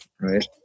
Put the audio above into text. right